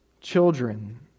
children